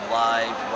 live